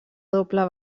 doble